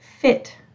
fit